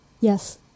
Yes